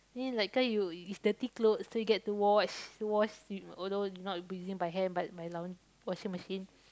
then like kind you it's dirty clothes so you get to wash wash thing although it's not b~ using my hand but my laun~ washing machine